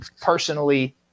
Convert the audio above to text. Personally